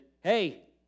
hey